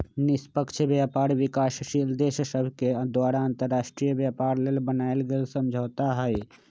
निष्पक्ष व्यापार विकासशील देश सभके द्वारा अंतर्राष्ट्रीय व्यापार लेल बनायल गेल समझौता हइ